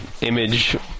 image